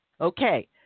okay